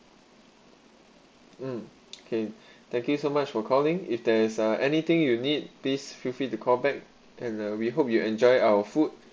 mm okay thank you so much for calling if there's uh anything you need please feel free to callback and we hope you enjoy our food